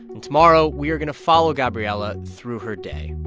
and tomorrow, we are going to follow gabriela through her day